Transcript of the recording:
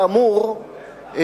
כאמור,